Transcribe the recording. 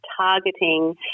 targeting